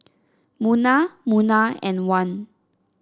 Munah Munah and Wan